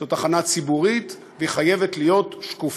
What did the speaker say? זו תחנה ציבורית והיא חייבת להיות שקופה,